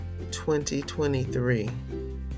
2023